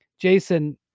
Jason